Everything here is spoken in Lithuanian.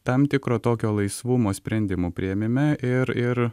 tam tikro tokio laisvumo sprendimų priėmime ir ir